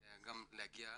אחדות, אי-אפשר להתפזר.